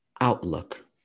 outlook